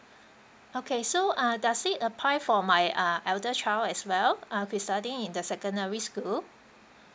okay so ah does it apply for my ah elder child as well ah he's studying in the secondary school